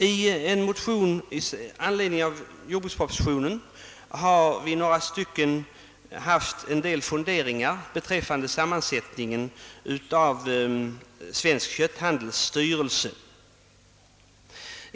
I en motion i anledning av jordbrukspropositionen har vi framfört en del funderingar beträffande sammansättningen av Svensk kötthandels styrelse.